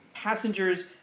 Passengers